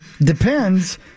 Depends